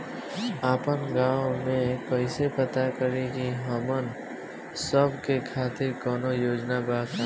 आपन गाँव म कइसे पता करि की हमन सब के खातिर कौनो योजना बा का?